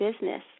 business